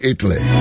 Italy